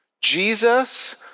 Jesus